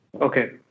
Okay